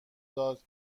داد